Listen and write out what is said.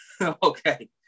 Okay